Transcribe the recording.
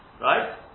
right